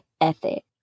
ethic